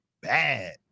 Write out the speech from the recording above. bad